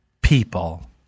people